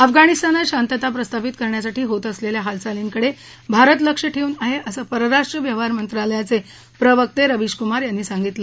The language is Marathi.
अफगाणिस्तानात शांतता प्रस्थापित करण्यासाठी होत असलेल्या हालचालींकडे भारत लक्ष ठेवून आहे असं परराष्ट्र व्यवहार मंत्रालयाचे प्रवक्ते रवीश कुमार यांनी सांगितलं